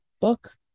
book